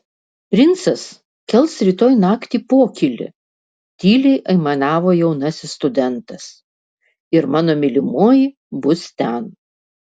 princas kels rytoj naktį pokylį tyliai aimanavo jaunasis studentas ir mano mylimoji bus ten